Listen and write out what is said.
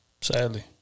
Sadly